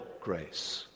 grace